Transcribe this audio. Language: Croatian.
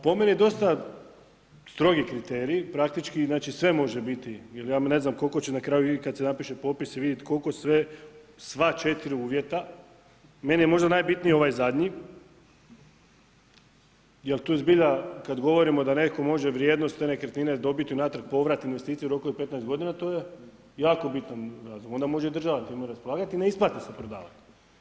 Po meni dosta strogi kriterij, praktički sve može biti jer ja ne znam koliko će na kraju i kad se napiše popis i vidjet koliko sve, sva 4 uvjeta, meni je možda najbitniji ovaj zadnji jer tu zbilja kad govorimo da netko može vrijednost te nekretnine dobiti unatrag povrat investicije u roku 15 godina, to je jako bitan, onda može i država time raspolagati, ne isplati se prodavati.